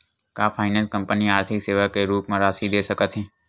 का finance company आर्थिक सेवा के रूप म राशि दे सकत हे?